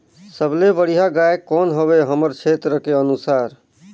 सबले बढ़िया गाय कौन हवे हमर क्षेत्र के अनुसार?